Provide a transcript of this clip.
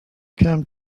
come